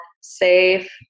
safe